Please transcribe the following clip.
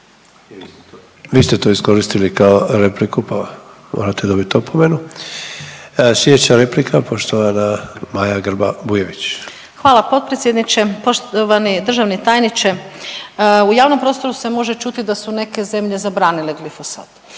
Vi ste to iskoristili kao repliku pa morate dobit opomenu. Sljedeća replika, poštovana Maja Grba-Bujević. **Grba-Bujević, Maja (HDZ)** Hvala potpredsjedniče, poštovani državni tajniče. U javnom prostoru se može čuti da smo neke zemlje zabranile glifosate.